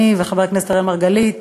אני וחבר הכנסת אראל מרגלית,